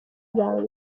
ibanga